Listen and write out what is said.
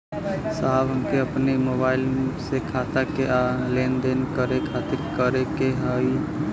साहब हमके अपने मोबाइल से खाता के लेनदेन करे खातिर का करे के होई?